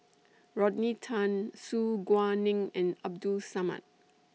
Rodney Tan Su Guaning and Abdul Samad